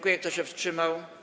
Kto się wstrzymał?